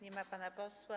Nie ma pana posła.